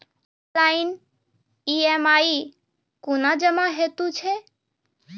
Online EMI कूना जमा हेतु छै?